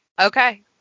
Okay